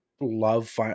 love